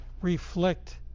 reflect